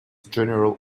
general